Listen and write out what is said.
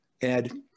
Ed